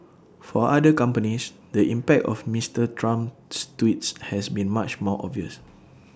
for other companies the impact of Mister Trump's tweets has been much more obvious